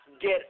Get